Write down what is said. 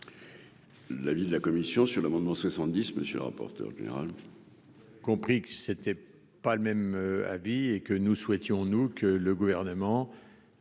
La ville de la commission sur l'amendement 70, monsieur le rapporteur général.